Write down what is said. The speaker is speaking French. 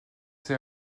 été